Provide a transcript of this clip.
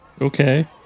okay